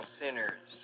sinners